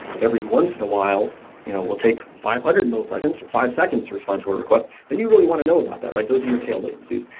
but every once in a while you know it will take five hundred milliseconds, or five seconds to responds to a request, then you really want to know about that. those are your tail latencies,